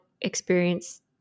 experience